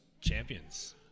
champions